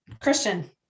Christian